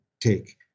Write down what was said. take